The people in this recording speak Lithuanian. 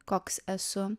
koks esu